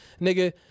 nigga